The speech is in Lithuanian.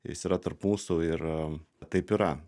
jis yra tarp mūsų ir taip yra